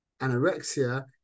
anorexia